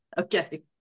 Okay